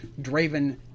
Draven